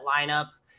lineups